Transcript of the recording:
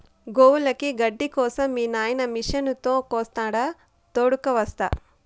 గోవులకి గడ్డి కోసం మీ నాయిన మిషనుతో కోస్తాడా తోడుగ వస్తా